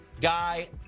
guy